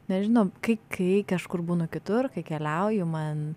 nežinau kai kai kažkur būnu kitur kai keliauju man